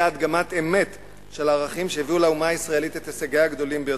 הדגמת אמת של הערכים שהביאו לחברה הישראלית את הישגיה הגדולים ביותר.